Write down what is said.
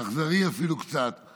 אפילו קצת אכזרי.